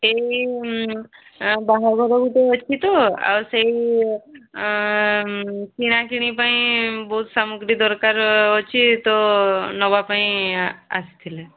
ଏଇ ବାହାଘର ଗୋଟିଏ ଅଛି ତ ଆଉ ସେଇ କିଣାକିଣି ପାଇଁ ବହୁତ ସାମଗ୍ରୀ ଦରକାର ଅଛି ତ ନେବାପାଇଁ ଆସିଥିଲେ